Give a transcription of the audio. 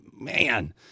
man